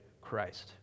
Christ